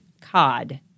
Cod